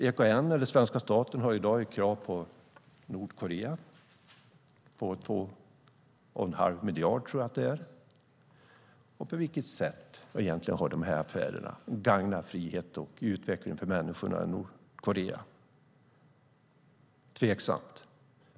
EKN har i dag ett krav på Nordkorea på 2 1⁄2 miljard, tror jag. På vilket sätt har de här affärerna gagnat frihet och utveckling för människorna i Nordkorea? Det är tveksamt.